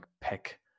pick